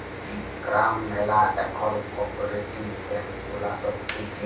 গ্রাম ম্যালা এখল cooperative bank গুলা সব খুলছে